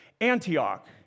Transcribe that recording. Antioch